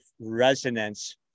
resonance